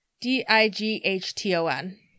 D-I-G-H-T-O-N